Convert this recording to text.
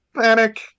Panic